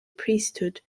priesthood